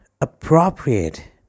appropriate